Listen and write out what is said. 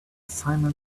simum